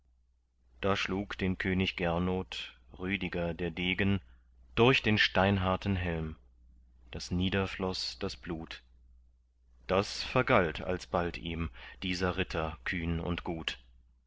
da schlug den könig gernot rüdiger der degen durch den steinharten helm das niederfloß das blut das vergalt alsbald ihm dieser ritter kühn und gut